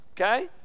okay